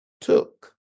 took